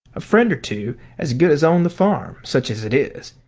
a friend or two as good as own the farm, such as it is.